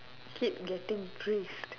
keep getting praised